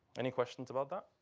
any questions about that?